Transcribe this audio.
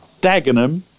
Dagenham